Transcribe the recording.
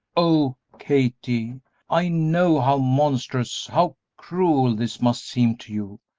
oh kathie, i know how monstrous, how cruel this must seem to you,